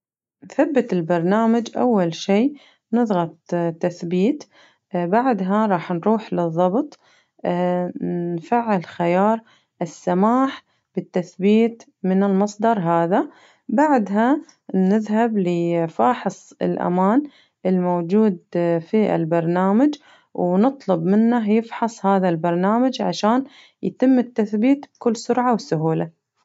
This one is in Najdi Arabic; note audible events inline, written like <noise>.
نثبت البرنامج أول شي نضغط <hesitation> تثبيت بعدها رح نروح للضبط <hesitation> نفعل خيار السماح بالتثبيت من المصدر هذا بعدها نذهب لفاحص الأمان الموجود في البرنامج ونطلب منه يفحص هذا البرنامج عشان يتم التثبيت بكل سرعة وسهولة.